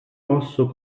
mosso